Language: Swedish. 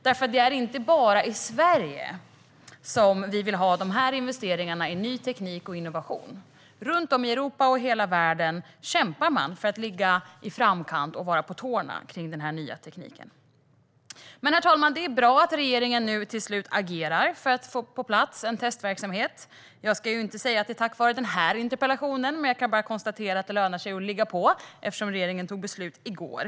Det är inte bara här i Sverige som vi vill ha investeringar i ny teknik och innovation. Runt om i Europa och i hela världen kämpar man för att ligga i framkant och vara på tårna inför denna nya teknik. Herr talman! Det är bra att regeringen nu till sist agerar för att få en testverksamhet på plats. Jag ska inte säga att det är tack vare den här interpellationen, men jag kan bara konstatera att det lönar sig att ligga på, eftersom regeringen fattade beslut i går.